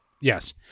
Yes